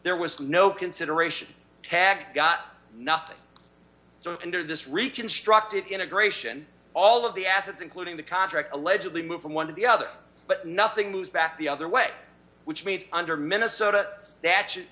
there was no consideration tagged got nothing so under this reconstructed integration all of the assets including the contract allegedly move from one of the other but nothing moves back the other way which means under minnesota stat